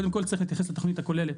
קודם כל צריך לבסס את התוכנית הכוללת.